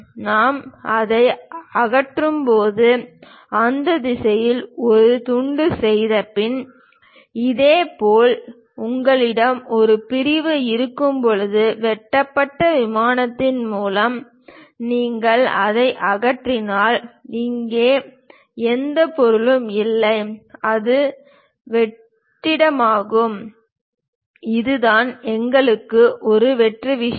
நாம் அதை அகற்றும்போது அந்த திசையில் ஒரு துண்டு செய்தபின் இதேபோல் உங்களிடம் ஒரு பிரிவு இருக்கும்போது வெட்டப்பட்ட விமானத்தின் மூலம் நீங்கள் அதை அகற்றினால் இங்கே எந்த பொருளும் இல்லை அது வெற்று வெற்று வெற்றிடமாகும் இதுதான் எங்களுக்கு ஒரு வெற்று விஷயம்